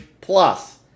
plus